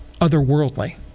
otherworldly